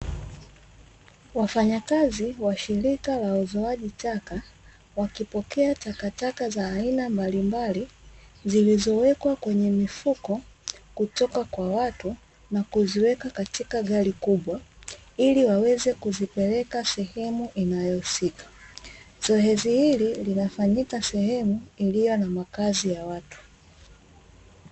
Wafanyakazi wa shirika la uzoaji taka wakipokea takataka za aina mbalimbali, zilizowekwa kwenye mifuko kutoka kwa watu na kuziweka katika gari kubwa ili waweze kuzipeleka sehemu inayohusika, zoezi hili linafanyika sehemu iliyo na makazi ya watu.